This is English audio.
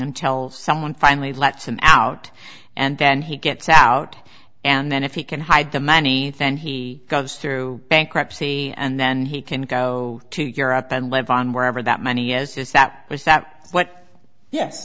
tell someone finally lets him out and then he gets out and then if he can hide the money then he goes through bankruptcy and then he can go to europe and live on wherever that money is is that was that what ye